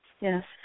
Yes